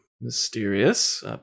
mysterious